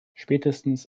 spätestens